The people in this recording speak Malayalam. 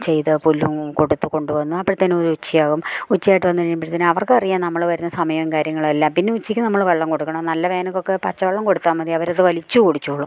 ചെയ്ത് പുല്ലും കൊടുത്തു കൊണ്ടു വന്ന് അപ്പോഴത്തേനൊരുച്ചയാകും ഉച്ചയായിട്ട് വന്നു കഴിയുമ്പോഴത്തേനവർക്കറിയാം നമ്മൾ വരുന്ന സമയം കാര്യങ്ങളും എല്ലാ പിന്നെ ഉച്ചക്ക് നമ്മൾ വെള്ളം കൊടുക്കണം നല്ല വേനൽക്കൊക്കെ പച്ചവെള്ളം കൊടുത്താൽ മതി അവരത് വലിച്ച് കുടിച്ചോളും